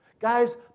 Guys